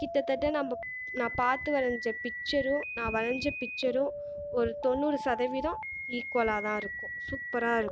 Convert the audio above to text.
கிட்டத்தட்ட நம்ம நான் பார்த்து வரைஞ்ச பிக்சரும் நான் வரைஞ்ச பிக்சரும் ஒரு தொண்ணூறு சதவீதம் ஈகுவல்லாக தான் இருக்கும் சூப்பராக இருக்கும்